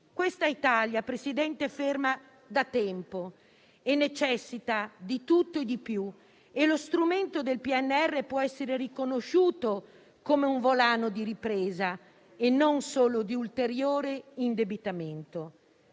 Questa Italia, signor Presidente, è ferma da tempo e necessita di tutto e di più; e lo strumento del PNRR può essere riconosciuto come un volano di ripresa e non solo di ulteriore indebitamento.